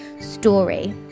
story